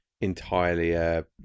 entirely